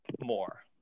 more